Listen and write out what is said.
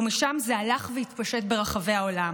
ומשם זה הלך והתפשט ברחבי העולם.